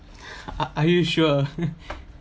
a~ a~ are you sure